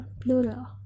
plural